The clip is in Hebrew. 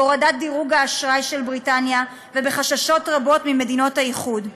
בהורדת דירוג האשראי של בריטניה ובחששות רבים במדינות האיחוד.